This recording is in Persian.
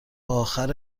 آخر